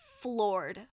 floored